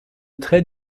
trait